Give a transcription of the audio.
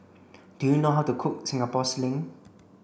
do you know how to cook Singapore sling